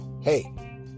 Hey